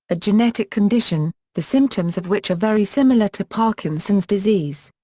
a genetic condition, the symptoms of which are very similar to parkinson's disease.